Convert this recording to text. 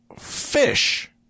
Fish